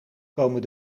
komen